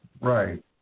Right